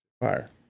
Fire